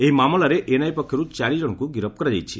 ଏହି ମାମଲାରେ ଏନ୍ଆଇଏ ପକ୍ଷରୁ ଚାରିଜଣଙ୍କୁ ଗିରଫ କରାଯାଇଛି